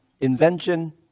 invention